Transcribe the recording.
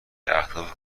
اهداف